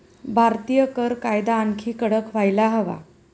भारतीय कर कायदा आणखी कडक व्हायला हवा